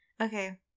Okay